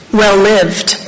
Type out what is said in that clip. well-lived